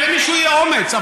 שלמישהו יהיה אומץ.